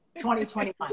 2021